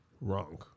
Wrong